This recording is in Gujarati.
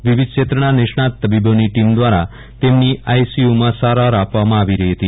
વિવિધ ક્ષેત્રના નિષ્ણાત તબીબોની ટીમ દ્વારા તેમની આઇસીયુમાં સારવાર આપવામાં આવી રહી હતી